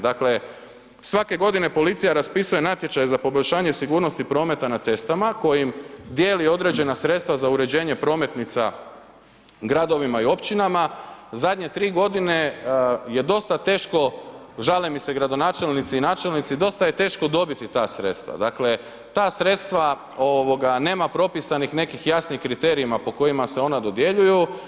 Dakle svake godine policija raspisuje natječaje za poboljšanje sigurnosti prometa na cestama kojim dijeli određena sredstva za uređenje prometnica gradovima i općinama, zadnje 3 godine je dosta teško, žale mi se gradonačelnici i načelnici dosta je teško dobiti ta sredstva, dakle ta sredstva, nema propisanih nekih jasnih kriterija po kojima se ona dodjeljuju.